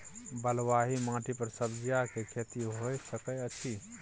बलुआही माटी पर सब्जियां के खेती होय सकै अछि?